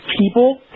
people